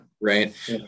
right